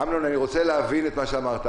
אמנון, אני רוצה להבין את מה שאמרת.